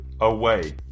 away